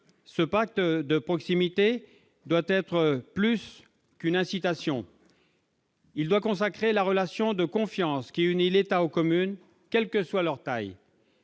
Ce pacte de proximité doit être plus qu'une incitation. Il doit consacrer la relation de confiance qui unit l'État aux communes, quelle que soit leur taille.